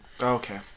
Okay